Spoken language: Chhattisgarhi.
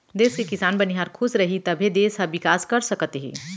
देस के किसान, बनिहार खुस रहीं तभे देस ह बिकास कर सकत हे